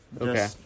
Okay